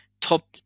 top